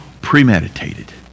premeditated